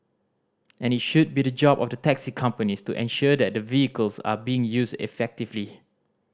and it should be the job of the taxi companies to ensure that the vehicles are being used effectively